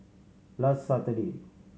last Saturday